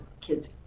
kids